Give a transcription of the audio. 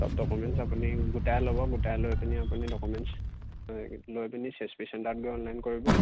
সব ডকুমেণ্টছ আপুনি গোটাই ল'ব গোটাই লৈ পিনি আপুনি ডকুমেণ্টছ লৈ পিনি চি এচ পি চেণ্টাৰত গৈ অনলাইন কৰিব